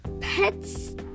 pets